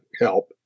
help